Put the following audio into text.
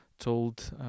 Told